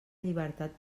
llibertat